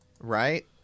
Right